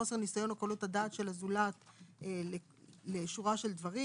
חוסר ניסיון או קלות הדעת של הזולת לשורה של דברים,